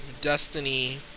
Destiny